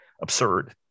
absurd